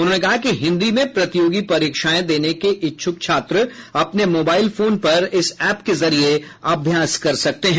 उन्होंने कहा कि हिन्दी में प्रतियोगी परीक्षाएं देने के इच्छ्क छात्र अपने मोबाइल फोन पर इस ऐप के जरिये अभ्यास कर सकते हैं